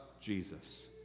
Jesus